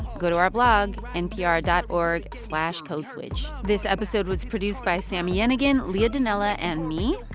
go to our blog npr dot org slash codeswitch. this episode was produced by sami yenigun, leah donnella and me.